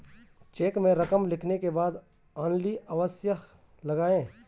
check में रकम लिखने के बाद ओन्ली अवश्य लगाएँ